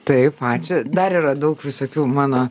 taip ačiū dar yra daug visokių mano